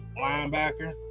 linebacker